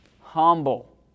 Humble